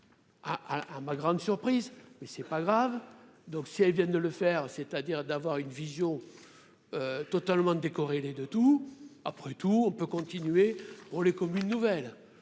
à ma grande surprise, mais c'est pas grave, donc si elle vient de le faire, c'est-à-dire d'avoir une vision totalement décorrélés de tout après tout on peut continuer pour les communes nouvelles